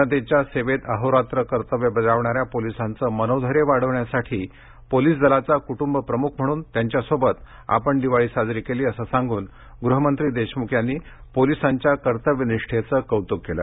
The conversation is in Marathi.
जनतेच्या सेवेत अहोरात्र कर्तव्य बजावणाऱ्या पोलिसांचं मनोधैर्य वाढवण्यासाठी पोलिस दलाचा कुटुंबप्रमुख म्हणून त्यांच्यासोबत दिवाळी साजरी केली असं सांगून गृहमंत्री देशमुख यांनी पोलिसांच्या कर्तव्यनिष्ठेचं कौतुक केलं